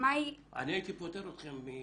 אני הייתי פוטר אתכם מזה.